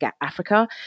Africa